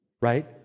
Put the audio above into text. right